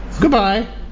Goodbye